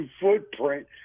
footprint